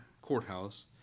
Courthouse